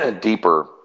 deeper